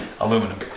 Aluminum